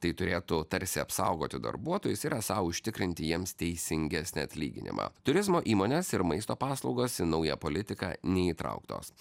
tai turėtų tarsi apsaugoti darbuotojus tai yra sau užtikrinti jiems teisingesnį atlyginimą turizmo įmonės ir maisto paslaugos į naują politiką neįtrauktos